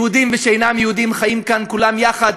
יהודים ושאינם יהודים חיים כאן כולם יחד.